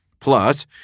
Plus